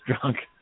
drunk